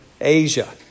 Asia